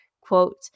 quote